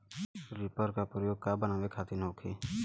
Reaper का प्रयोग का बनावे खातिन होखि?